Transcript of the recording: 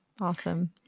Awesome